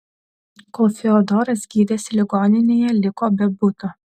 kol fiodoras gydėsi ligoninėje liko be buto